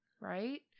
right